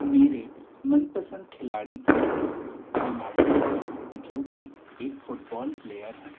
मेरे मनपसंद खिलाड़ी का नाम रोनाल्डो है जो कि एक फुटबॉल प्लेयर हैं